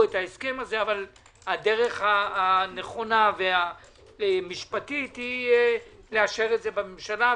את ההסכם הסה אבל הדרך הנכונה והמשפטית היא לאשר את זה בממשלה,